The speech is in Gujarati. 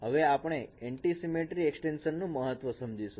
હવે આપણે એન્ટ્રીસિમેટ્રી એક્સ્ટેંશન નું મહત્વ સમજીશું